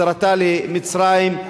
החזרתו למצרים,